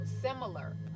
similar